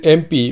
mp